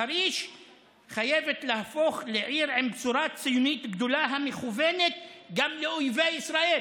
חריש חייבת להפוך לעיר עם בשורה ציונית גדולה המכוונת גם לאויבי ישראל.